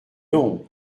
non